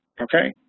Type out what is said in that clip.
Okay